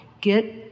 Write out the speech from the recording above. get